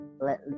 let